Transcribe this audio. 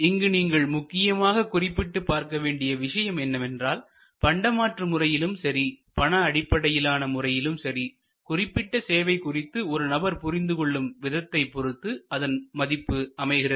இங்கு நீங்கள் முக்கியமாக குறிப்பிட்டு பார்க்க வேண்டிய விஷயம் என்னவென்றால் பண்டமாற்று முறையிலும் சரி பண அடிப்படையிலான முறையிலும் சரி குறிப்பிட்ட சேவை குறித்து ஒரு நபர் புரிந்து கொள்ளும் விதத்தைப் பொறுத்து அதன் மதிப்பு அமைகிறது